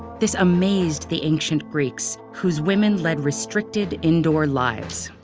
this amazed the ancient greeks, whose women led restricted indoor lives.